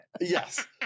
Yes